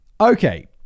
okay